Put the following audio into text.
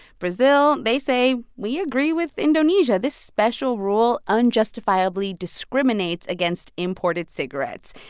brazil they say we agree with indonesia. this special rule unjustifiably discriminates against imported cigarettes.